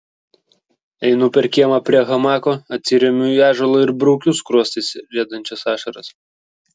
einu per kiemą prie hamako atsiremiu į ąžuolą ir braukiu skruostais riedančias ašaras